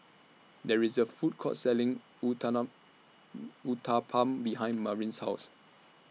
There IS A Food Court Selling Uthapam behind Marin's House